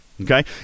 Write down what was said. okay